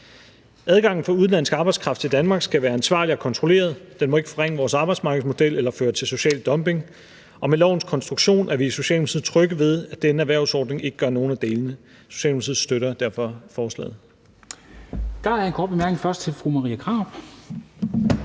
Adgangen for udenlandsk arbejdskraft til Danmark skal være ansvarlig og kontrolleret, og den må ikke forringe vores arbejdsmarkedsmodel eller føre til social dumping. Med lovens konstruktion er vi i Socialdemokratiet trygge ved, at denne erhvervsordning ikke gør nogen af delene. Socialdemokratiet støtter derfor forslaget. Kl. 16:09 Formanden (Henrik Dam